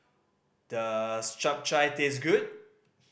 does Chap Chai taste good